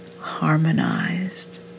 harmonized